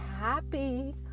happy